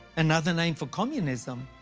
another name for communism,